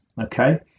Okay